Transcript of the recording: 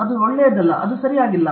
ಅದು ಒಳ್ಳೆಯದು ಅಲ್ಲ ಅದು ಸರಿಯಾಗಿಲ್ಲ